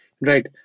Right